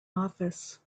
office